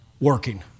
working